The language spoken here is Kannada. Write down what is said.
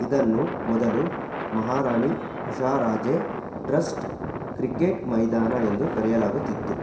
ಇದನ್ನು ಮೊದಲು ಮಹಾರಾಣಿ ಉಷಾರಾಜೆ ಟ್ರಸ್ಟ್ ಕ್ರಿಕೆಟ್ ಮೈದಾನ ಎಂದು ಕರೆಯಲಾಗುತ್ತಿತ್ತು